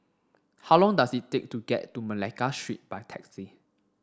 how long does it take to get to Malacca Street by taxi